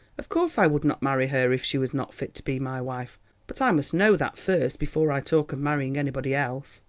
of course i would not marry her if she was not fit to be my wife but i must know that first, before i talk of marrying anybody else.